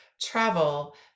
travel